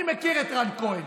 אני מכיר את רן כהן.